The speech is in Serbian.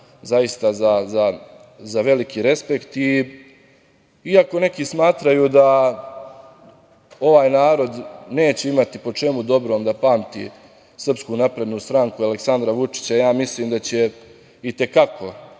zaista za veliki respekt. Iako neki smatraju da ovaj narod neće imati po čemu dobrom da pamti SNS i Aleksandra Vučića, mislim da će i te kako